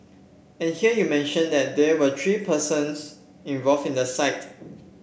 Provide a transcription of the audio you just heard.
and here you mention that there were three persons involved in the site